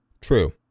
True